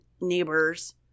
neighbors